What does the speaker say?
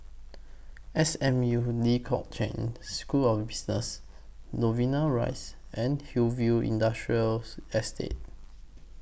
S M U Lee Kong Chian School of Business Novena Rise and Hillview Industrials Estate